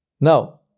Now